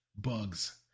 Bugs